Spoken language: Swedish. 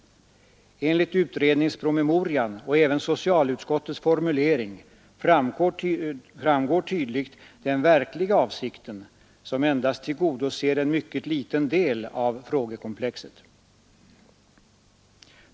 Av utredningspromemorian och även av socialutskottets formulering framgår tydligt den "verkliga avsikten — som endast tillgodoser en mycket liten del av frågekomplexet.